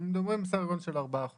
מדברים על סדר גודל של ארבעה חודשים.